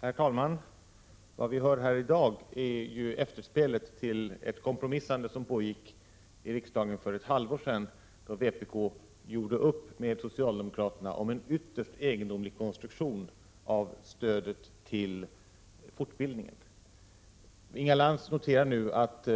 Herr talman! Vad vi hör här i dag är ju efterspelet till ett kompromissande som pågick i riksdagen för ett halvår sedan, då vpk gjorde upp med socialdemokraterna om en ytterst egendomlig konstruktion av stödet till fortbildningen. Inga Lantz noterar nu att